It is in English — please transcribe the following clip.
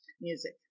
Music